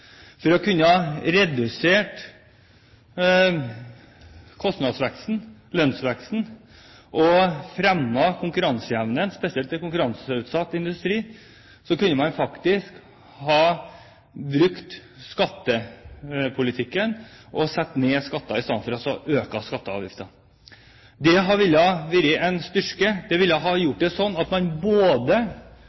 for å redusere kostnadsveksten/lønnsveksten og fremme konkurranseevnen. Spesielt med tanke på konkurranseutsatt industri kunne man faktisk ha brukt skattepolitikken og satt ned skattene i stedet for å øke skatter og avgifter. Det ville ha vært en styrke. Det ville ha gjort at man hadde kommet styrket ut som lønnsmottaker, ved at man